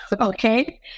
Okay